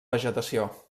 vegetació